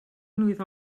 mlwydd